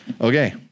Okay